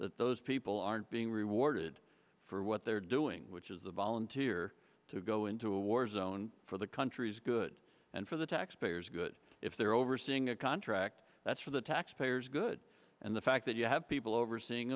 that those people aren't being rewarded for what they're doing which is a volunteer to go into a war zone for the country's good and for the taxpayers good if they're overseeing a contract that's for the taxpayers good and the fact that you have people overseeing